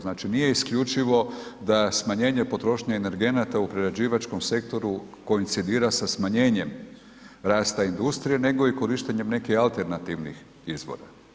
Znači nije isključivo da smanjenje potrošnje energenata u prerađivačkom sektoru koincidira sa smanjenjem rasta industrije nego i korištenja nekih alternativnih izvora.